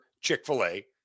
Chick-fil-A